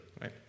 right